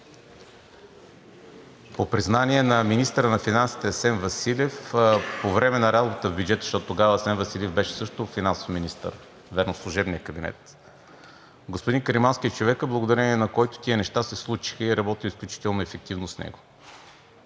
По признание на министъра на финансите Асен Василев по време на работа по бюджета, защото тогава Асен Василев също беше финансов министър – вярно в служебния кабинет, господин Каримански е човекът, благодарение на когото тези неща се случиха, и работим изключително ефективно с него.